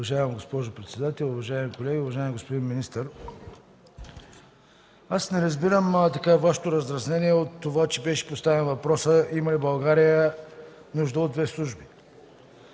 Уважаема госпожо председател, уважаеми колеги! Уважаеми господин министър, аз не разбирам Вашето раздразнение от това, че беше поставен въпросът: има ли България нужда от две служби?